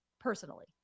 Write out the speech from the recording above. personally